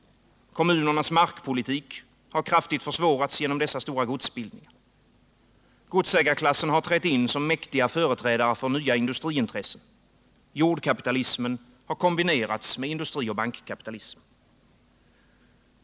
Kommunernas markpolitik har kraftigt försvårats genom dessa stora godsbildningar. Godsägarklassen har trätt in som mäktiga företrädare för nya industriintressen, jordkapitalismen har kombinerats med industrioch bankkapitalism.